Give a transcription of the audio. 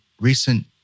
recent